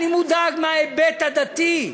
אני מודאג מההיבט הדתי.